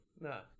No